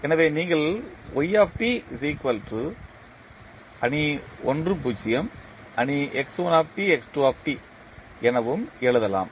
எனவே நீங்கள் எனவும் எழுதலாம்